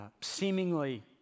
seemingly